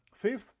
Fifth